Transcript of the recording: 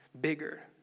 bigger